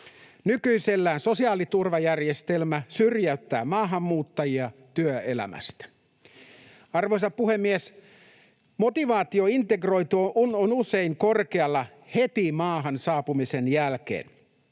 Nykyisellään sosiaaliturvajärjestelmä syrjäyttää maahanmuuttajia työelämästä. Arvoisa puhemies! Motivaatio integroitua on usein korkealla heti maahan saapumisen jälkeen.